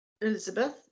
Elizabeth